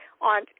on